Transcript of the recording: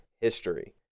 history